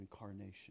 incarnation